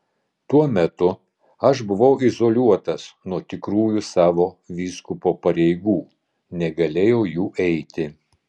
tuo metu aš buvau izoliuotas nuo tikrųjų savo vyskupo pareigų negalėjau jų eiti